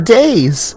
days